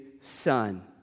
Son